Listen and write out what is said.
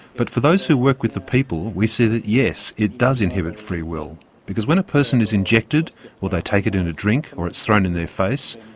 but for those who work with the people, we see that, yes, it does inhibit free will because when a person is injected or they take it in a drink, or it's thrown in their face,